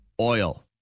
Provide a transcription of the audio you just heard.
Oil